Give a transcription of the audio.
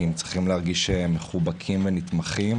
הם צריכים להרגיש מחובקים ונתמכים.